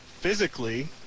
physically